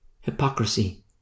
Hypocrisy